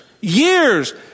years